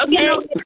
Okay